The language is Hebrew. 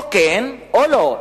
או כן או לא.